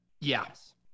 yes